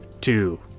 two